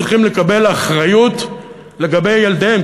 צריכים לקבל אחריות לגבי ילדיהם,